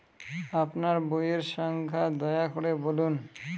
আপনার বইয়ের সংখ্যা দয়া করে বলুন?